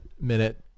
minute